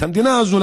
את המדינה הזאת,